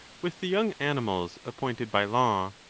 vith the young animals appointed by la